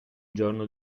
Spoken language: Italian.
giorno